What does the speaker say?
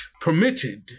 permitted